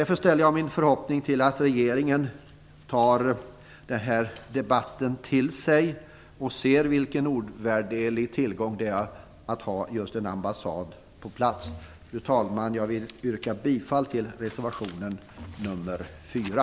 Därför ställer jag min förhoppning till att regeringen tar den här debatten till sig och ser vilken ovärderlig tillgång det är att ha just en ambassad på plats. Fru talman! Jag yrkar bifall till reservation nr 4.